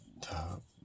Top